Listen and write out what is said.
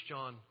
John